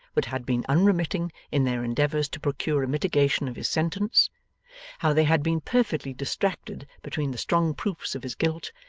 but had been unremitting in their endeavours to procure a mitigation of his sentence how they had been perfectly distracted between the strong proofs of his guilt,